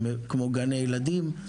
כמו גני ילדים,